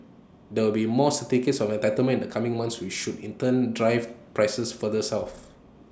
there will be more certificates of entitlement in the coming months which should in turn drive prices further south